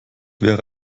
wäre